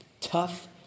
Tough